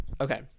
Okay